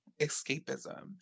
escapism